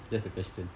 that's the question